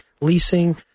leasing